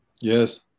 Yes